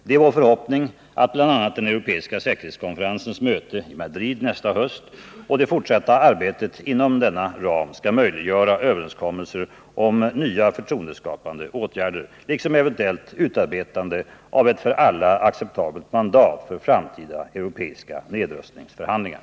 Det är vår förhoppning att bl.a. den europeiska säkerhetskonferensen i Madrid nästa höst och det fortsatta arbetet inom denna ram skall möjliggöra överenskommelser om nya förtroendeskapande åtgärder liksom eventuellt utarbetande av ett för alla acceptabelt mandat för framtida europeiska nedrustningsförhandlingar.